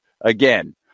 Again